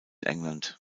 england